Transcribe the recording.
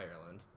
Ireland